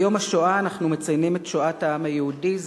ביום השואה אנחנו מציינים את שואת העם היהודי,